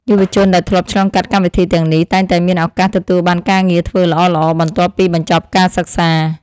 យុវជនដែលធ្លាប់ឆ្លងកាត់កម្មវិធីទាំងនេះតែងតែមានឱកាសទទួលបានការងារធ្វើល្អៗបន្ទាប់ពីបញ្ចប់ការសិក្សា។